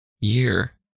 year